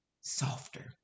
softer